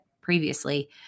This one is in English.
previously